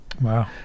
Wow